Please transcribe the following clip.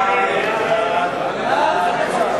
ההצעה